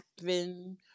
happen